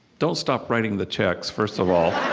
don't stop writing the checks, first of all